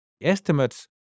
Estimates